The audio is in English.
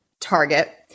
Target